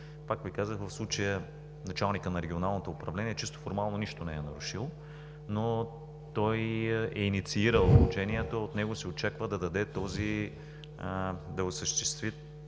Пак Ви казвам, в случая началникът на регионалното управление чисто формално нищо не е нарушил, но е инициирал обучението и от него се очаква да осъществи